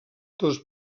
dos